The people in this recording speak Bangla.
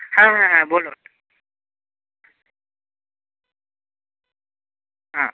হ্যাঁ হ্যাঁ হ্যাঁ বলুন হুম